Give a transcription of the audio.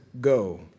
go